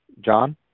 John